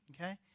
okay